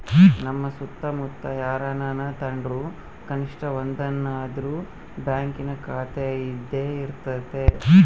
ನಮ್ಮ ಸುತ್ತಮುತ್ತ ಯಾರನನ ತಾಂಡ್ರು ಕನಿಷ್ಟ ಒಂದನಾದ್ರು ಬ್ಯಾಂಕಿನ ಖಾತೆಯಿದ್ದೇ ಇರರ್ತತೆ